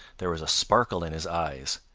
there was a sparkle in his eyes.